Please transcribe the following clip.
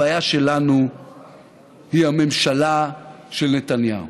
הבעיה שלנו היא הממשלה של נתניהו.